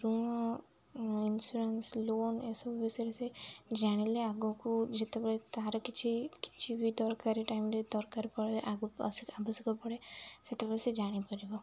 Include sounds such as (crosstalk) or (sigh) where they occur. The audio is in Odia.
ଋଣ ଇନ୍ସୁରାନ୍ସ ଲୋନ୍ ଏସବୁ ବିଷୟରେ ସେ ଜାଣିଲେ ଆଗକୁ ଯେତେବେଳେ ତା'ର କିଛି କିଛି ବି ଦରକାରୀ ଟାଇମ୍ରେ ଦରକାର ପଡ଼େ (unintelligible) ଆବଶ୍ୟକ ପଡ଼େ ସେତେବେଳେ ସେ ଜାଣିପାରିବ